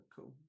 Cool